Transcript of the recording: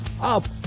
up